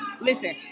listen